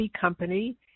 company